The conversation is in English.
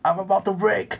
I'm about to break